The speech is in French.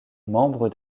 membre